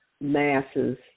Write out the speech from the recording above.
masses